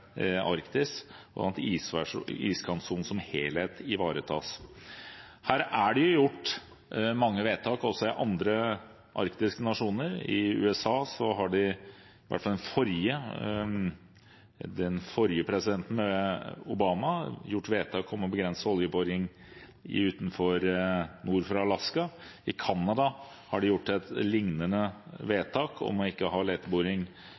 Arktis, slik at iskantsonen som helhet ivaretas. Her er det gjort mange vedtak også i andre arktiske nasjoner. I USA har den forrige presidenten, Obama, gjort vedtak om å begrense oljeboringen nord for Alaska. I Canada har de gjort et lignende vedtak om ikke å ha